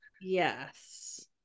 yes